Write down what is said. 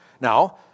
Now